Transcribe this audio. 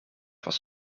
was